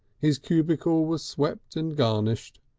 his cubicle was swept and garnished.